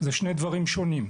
זה שני דברים שונים.